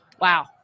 Wow